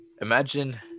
imagine